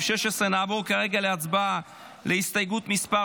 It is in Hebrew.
16. נעבור כרגע להצבעה על הסתייגות מס'